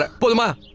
but but